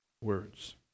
words